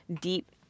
deep